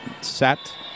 Set